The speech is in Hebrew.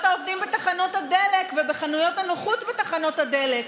העובדים בתחנות הדלק ובחנויות הנוחות בתחנות הדלק,